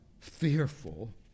fearful